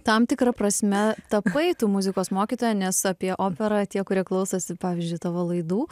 tam tikra prasme tapai tu muzikos mokytoja nes apie operą tie kurie klausosi pavyzdžiui tavo laidų